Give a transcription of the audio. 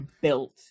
built